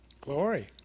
Glory